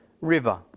River